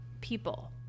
people